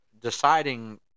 deciding